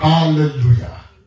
Hallelujah